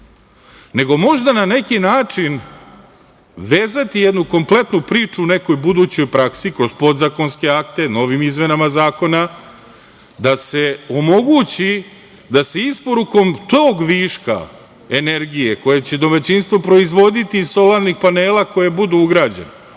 nego možda na neki način vezati jednu kompletnu priču u nekoj budućoj praksi kod podzakonske akte novim izmenama zakona, da se omogući da se isporukom tog viška energije koju će domaćinstvo proizvoditi iz solarnih panela koja budu ugrađena,